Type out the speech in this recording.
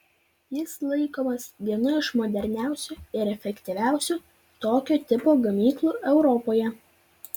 jis laikomas vienu iš moderniausių ir efektyviausių tokio tipo gamyklų europoje